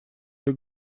или